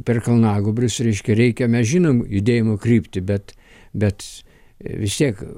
per kalnagūbrius reiškia reikia mes žinom judėjimo kryptį bet bet vis tiek